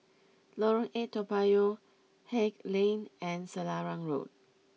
Lorong eight Toa Payoh Haig Lane and Selarang Road